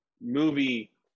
movie